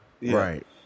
Right